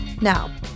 Now